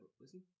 listen